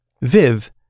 Viv